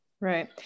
right